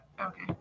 okay